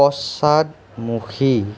পশ্চাদমুখী